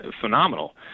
phenomenal